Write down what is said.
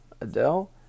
Adele